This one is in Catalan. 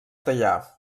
tallar